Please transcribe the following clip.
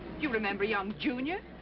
you remember young junior?